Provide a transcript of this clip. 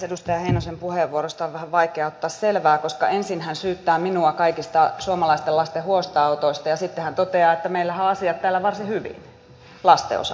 edustaja heinosen puheenvuorosta on vähän vaikea ottaa selvää koska ensin hän syyttää minua kaikista suomalaisten lasten huostaanotoista ja sitten hän toteaa että meillähän on asiat täällä varsin hyvin lasten osalta